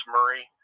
Murray